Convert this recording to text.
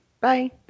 Bye